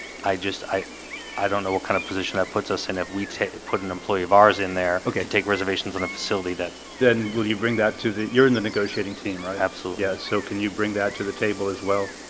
i just i i don't know what kind of position that puts us in if we put an employee of ours in there okay and take reservations on a facility that then will you bring that to the your in the negotiating team right? absolutely yes, so, can you bring that to the table as well?